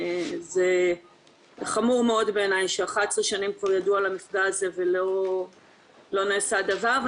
זה חמור מאוד בעיניי ש-11 שנים כבר ידעו על המפגע הזה ולא נעשה דבר.